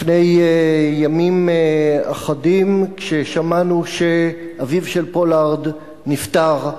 לפני ימים אחדים, כששמענו שאביו של פולארד נפטר,